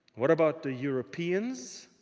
what about the europeans?